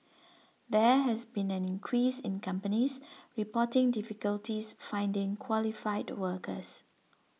there has been an increase in companies reporting difficulties finding qualified workers